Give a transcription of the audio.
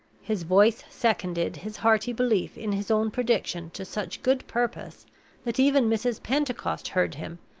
his voice seconded his hearty belief in his own prediction to such good purpose that even mrs. pentecost heard him,